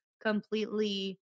completely